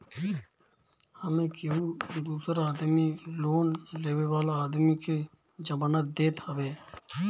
एमे केहू दूसर आदमी लोन लेवे वाला आदमी के जमानत देत हवे